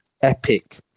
epic